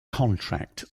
contract